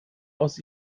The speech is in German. aus